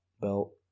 belt